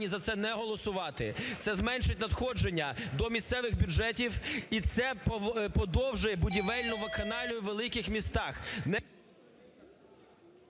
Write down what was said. за це не голосувати. Це зменшить надходження до місцевих бюджетів, і це подовжує будівельну вакханалію у великих містах.